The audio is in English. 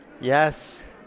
Yes